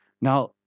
Now